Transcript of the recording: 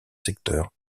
secteur